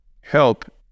help